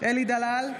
אלי דלל,